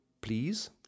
please